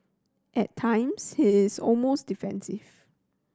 at times he is almost defensive